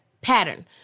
pattern